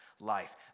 Life